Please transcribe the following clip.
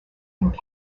and